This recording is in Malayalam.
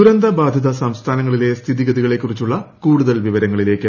ദുരന്ത ബാധിത സംസ്ഥാനങ്ങളിലെ സ്ഥിതിഗതികളെക്കുറിച്ചുള്ള കൂടുതൽ വിവരങ്ങളിലേക്ക്